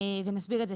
תכף נסביר את זה